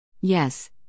Yes